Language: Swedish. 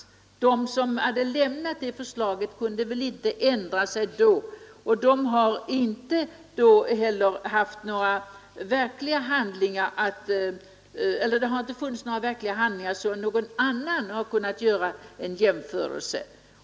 Och de som hade lämnat förslaget kunde väl inte ändra sig då. Inte heller fanns det några verkliga handlingar så att någon annan kunde göra en jämförelse.